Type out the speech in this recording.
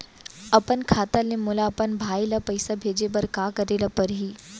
अपन खाता ले मोला अपन भाई ल पइसा भेजे बर का करे ल परही?